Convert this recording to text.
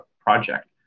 project